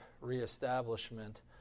reestablishment